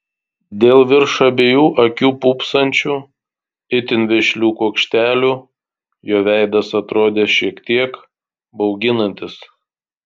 dėl virš abiejų akių pūpsančių itin vešlių kuokštelių jo veidas atrodė šiek tiek bauginantis